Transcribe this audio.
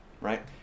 right